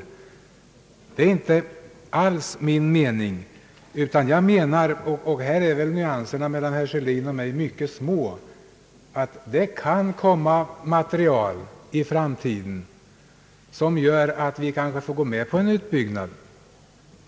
Detta är inte alls min mening, utan jag anser — och här är väl nyanserna mellan herr Sörlin och mig mycket små — att det i framtiden kan komma material som gör att vi kan gå med på en utbyggnad,